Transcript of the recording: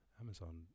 Amazon